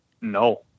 no